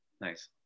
nice